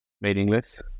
meaningless